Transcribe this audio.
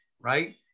right